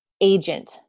agent